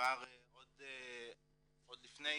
עוד לפני